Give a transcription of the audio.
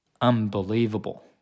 unbelievable